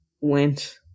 went